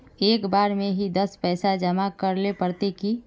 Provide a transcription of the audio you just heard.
एक बार में ही सब पैसा जमा करले पड़ते की?